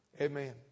Amen